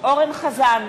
אורן אסף חזן,